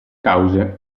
cause